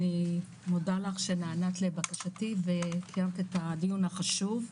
אני מודה לך שנענית לבקשתי לקיים את הדיון החשוב.